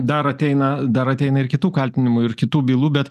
dar ateina dar ateina ir kitų kaltinimų ir kitų bylų bet